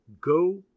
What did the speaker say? Go